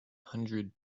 hundred